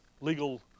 legal